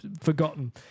forgotten